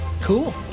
Cool